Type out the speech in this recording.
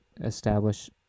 establish